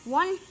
one